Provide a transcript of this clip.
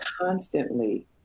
constantly